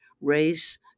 race